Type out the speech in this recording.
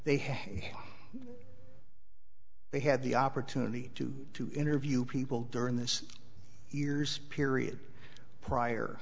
have they had the opportunity to interview people during this year's period prior